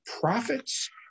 profits